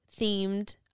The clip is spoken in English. themed